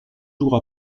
jours